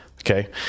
Okay